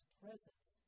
presence